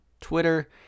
Twitter